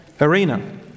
arena